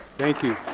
thank you.